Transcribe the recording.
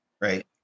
Right